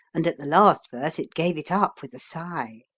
and at the last verse it gave it up with a sigh.